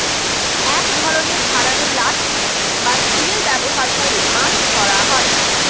এক ধরনের ধারালো লাঠি বা স্পিয়ার ব্যবহার করে মাছ ধরা হয়